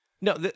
No